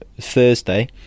Thursday